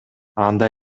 анда